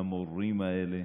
במורים האלה,